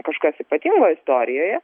kažkas ypatingo istorijoje